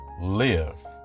live